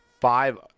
five